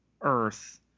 Earth